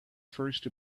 first